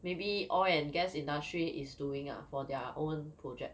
maybe oil and gas industry is doing lah for their own project